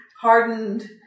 hardened